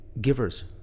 givers